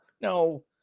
no